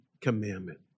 commandment